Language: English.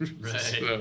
right